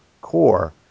core